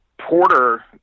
Porter